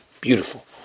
Beautiful